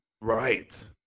Right